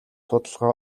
судалгаа